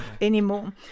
anymore